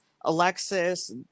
Alexis